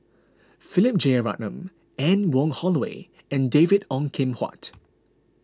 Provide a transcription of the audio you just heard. Philip Jeyaretnam Anne Wong Holloway and David Ong Kim Huat